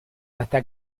hasta